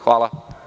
Hvala.